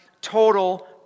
total